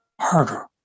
harder